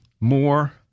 more